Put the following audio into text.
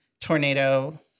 tornado